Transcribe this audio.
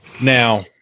Now